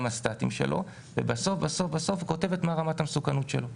את הסטטיים שלו ובסוף היא כותבת מהי רמת המסוכנות שלו.